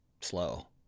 slow